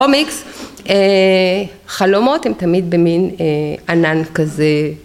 קומיקס חלומות הם תמיד במין ענן כזה